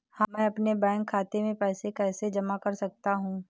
मैं अपने बैंक खाते में पैसे कैसे जमा कर सकता हूँ?